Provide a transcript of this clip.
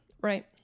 Right